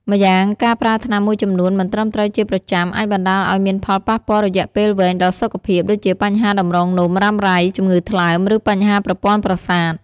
ម្យ៉ាងការប្រើថ្នាំមួយចំនួនមិនត្រឹមត្រូវជាប្រចាំ អាចបណ្ដាលឱ្យមានផលប៉ះពាល់រយៈពេលវែងដល់សុខភាព ដូចជាបញ្ហាតម្រងនោមរ៉ាំរ៉ៃ ជំងឺថ្លើម ឬបញ្ហាប្រព័ន្ធប្រសាទ។